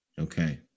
Okay